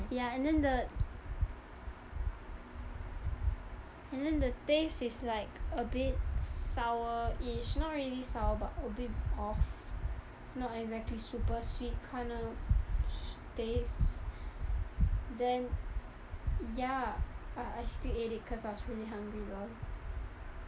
ya and then the and then the taste is like a bit sourish not really sour but a bit off not exactly super sweet kinda taste then ya but I still ate it cause I was really hungry LOL